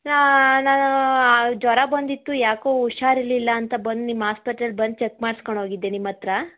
ನಾ ಜ್ವರ ಬಂದಿತ್ತು ಯಾಕೋ ಹುಷಾರಿರಲಿಲ್ಲ ಅಂತ ಬಂದು ನಿಮ್ಮ ಆಸ್ಪತ್ರೆಲಿ ಬಂದು ಚೆಕ್ ಮಾಡ್ಸ್ಕೊಂಡು ಹೋಗಿದ್ದೆ ನಿಮ್ಮ ಹತ್ತಿರ